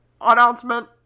announcement